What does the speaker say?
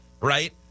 right